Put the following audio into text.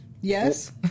yes